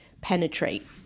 penetrate